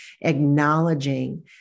acknowledging